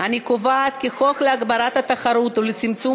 אני קובעת כי חוק להגברת התחרות ולצמצום